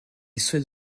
souhaite